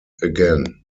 again